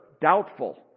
doubtful